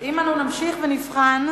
אם נמשיך ונבחן,